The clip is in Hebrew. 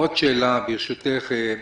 עוד שאלה, ברשותך: